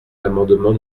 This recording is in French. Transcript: l’amendement